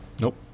Nope